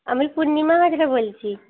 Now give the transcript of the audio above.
আমি পূর্ণিমা হাজরা বলছি